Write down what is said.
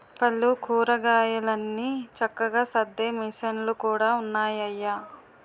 పళ్ళు, కూరగాయలన్ని చక్కగా సద్దే మిసన్లు కూడా ఉన్నాయయ్య